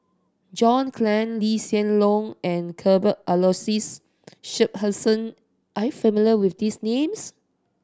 John Clang Lee Hsien Loong and Cuthbert Aloysius Shepherdson are you familiar with these names